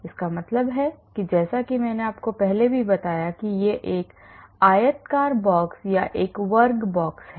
इसका मतलब है कि जैसा कि मैंने पहले बताया कि यह एक आयताकार बॉक्स या एक वर्ग बॉक्स है